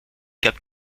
cap